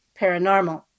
paranormal